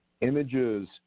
Images